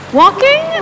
walking